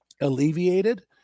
alleviated